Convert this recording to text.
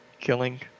killing